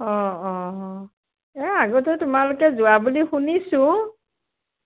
অঁ অঁ অঁ এই আগতে তোমালোকে যোৱা বুলি শুনিছোঁ